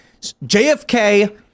JFK